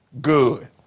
Good